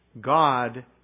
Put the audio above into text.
God